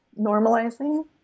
normalizing